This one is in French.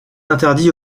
interdit